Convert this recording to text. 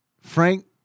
Frank